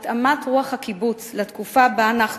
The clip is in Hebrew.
התאמת רוח הקיבוץ לתקופה שבה אנחנו